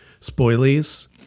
spoilies